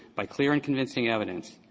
by clear and convincing evidence,